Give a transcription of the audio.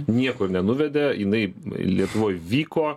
niekur nenuvedė jinai lietuvoj vyko